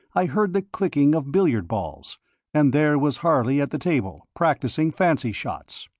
i heard the clicking of billiard balls and there was harley at the table, practising fancy shots.